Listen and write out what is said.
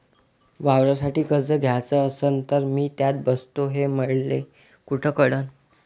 वावरासाठी कर्ज घ्याचं असन तर मी त्यात बसतो हे मले कुठ कळन?